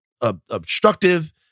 obstructive